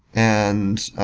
and,